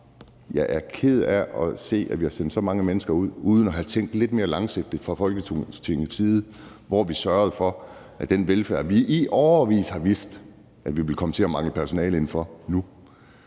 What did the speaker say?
Jeg er ked af at se, at vi har sendt så mange mennesker ud uden fra Folketingets side at have tænkt lidt mere langsigtet på at sørge for den velfærd, vi i årevis har vidst at vi nu ville komme til at mangle personale inden for, og